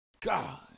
God